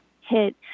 hit